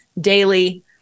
daily